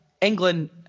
england